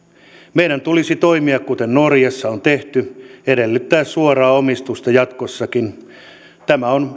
meidän tulisi toimia kuten norjassa on tehty edellyttäen suoraa omistusta jatkossakin tämä on